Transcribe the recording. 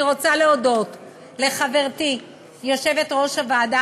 אני רוצה להודות לחברתי יושבת-ראש הוועדה